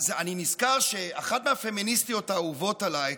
אני נזכר שאחת מהפמיניסטיות האהובות עליי,